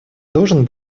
должен